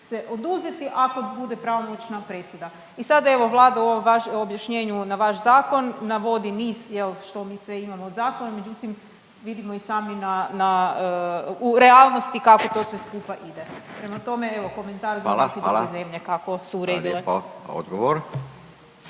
se oduzeti ako bude pravomoćna presuda. I sad evo Vlada u ovom objašnjenju na vaš zakon navodi niz jel' što mi sve imamo u zakonu, međutim vidimo i sami u realnosti kako to sve skupa ide. Prema tome, evo komentar … …/Upadica Radin: Hvala, hvala./… … za neke druge